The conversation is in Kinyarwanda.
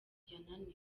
yananiwe